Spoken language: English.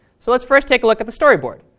so let's first take a look at the storyboard.